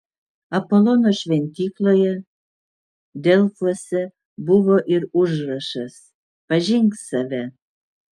apolono šventykloje delfuose buvo ir užrašas pažink save